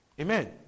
Amen